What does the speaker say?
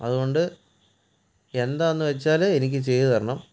അതുകൊണ്ട് എന്താണെന്ന് വെച്ചാൽ എനിക്ക് ചെയ്തു തരണം